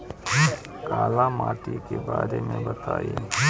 काला माटी के बारे में बताई?